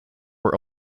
were